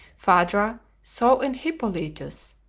phaedra saw in hippolytus,